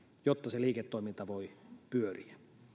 jotta se liiketoiminta voi pyöriä